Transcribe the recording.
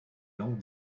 langue